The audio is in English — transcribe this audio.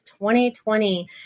2020